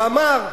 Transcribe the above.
ואמר,